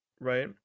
right